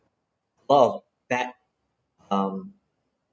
a lot of bad um